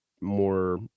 more